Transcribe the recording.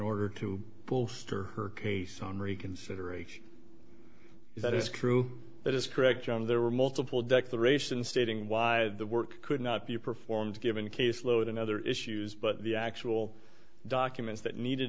order to bolster her case on reconsideration if that is true that is correct john there were multiple declarations stating why the work could not be performed given caseload and other issues but the actual documents that needed